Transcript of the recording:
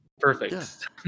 perfect